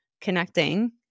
Connecting